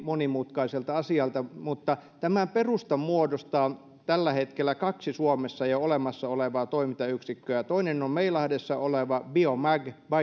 monimutkaiselta asialta mutta tämän perustan muodostavat tällä hetkellä kaksi suomessa jo olemassa olevaa toimintayksikköä toinen on meilahdessa oleva biomag